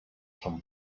son